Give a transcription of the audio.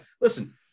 Listen